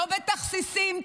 לא בתכסיסים,